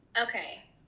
Okay